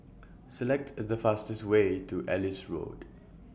Select A The fastest Way to Ellis Road